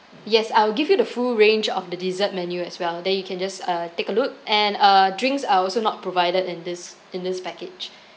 yes I will give you the full range of the dessert menu as well then you can just uh take a look and uh drinks are also not provided in this in this package